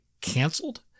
canceled